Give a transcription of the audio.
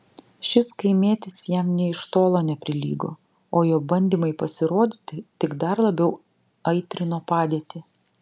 šis kaimietis jam nė iš tolo neprilygo o jo bandymai pasirodyti tik dar labiau aitrino padėtį